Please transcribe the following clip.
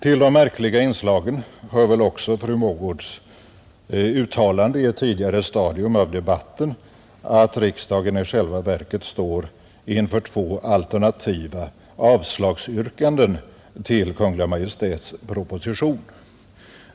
Till de märkliga inslagen hör väl också fru Mogårds uttalande i ett tidigare stadium av debatten att riksdagen i själva verket står inför två alternativa avslagsyrkanden till Kungl. Maj:ts proposition.